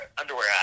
underwear